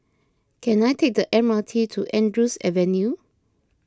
can I take the M R T to Andrews Avenue